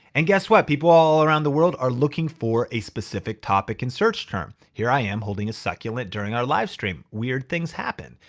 and guess what? people all around the world are looking for a specific topic in search term. here i am holding a succulent during our livestream. weird things happen.